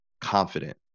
confident